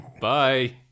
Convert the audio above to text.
Bye